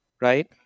right